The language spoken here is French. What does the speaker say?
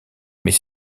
mais